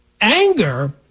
Anger